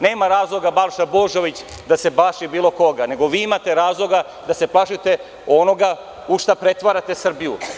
Nema razloga da se Balša Božović plaši bilo koga, nego vi imate razloga da se plašite onoga u šta pretvarate Srbiju.